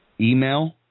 email